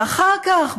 ואחר כך,